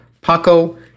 Paco